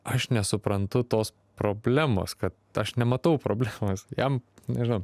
aš nesuprantu tos problemos kad aš nematau problemos jam nežinau